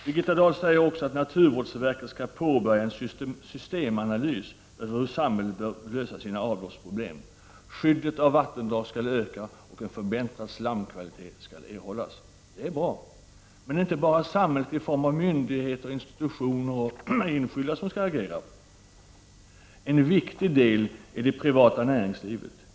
Birgitta Dahl säger också att naturvårdsverket skall påbörja en systemanalys av hur samhället bör lösa sina avloppsproblem. Skyddet av vattendrag skall öka och en förbättrad slamkvalitet erhållas. Det är bra. Men det är inte bara samhället i form av myndigheter, institutioner och enskilda som skall agera. En viktig del är det privata näringslivet.